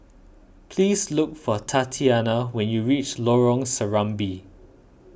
please look for Tatianna when you reach Lorong Serambi